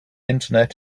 internet